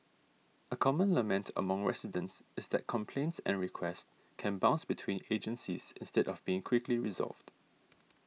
a common lament among residents is that complaints and requests can bounce between agencies instead of being quickly resolved